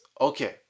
okay